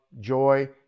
joy